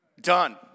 Done